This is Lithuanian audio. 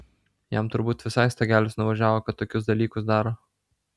jam turbūt visai stogelis nuvažiavo kad tokius dalykus daro